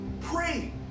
pray